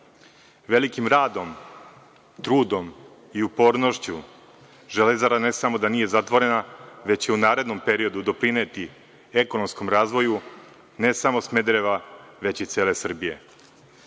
Velikim radom, trudom i upornošću „Železara“ ne samo da nije zatvorena, već će u narednom periodu doprineti ekonomskom razvoju ne samo Smederava, već i cele Srbije.